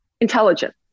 intelligent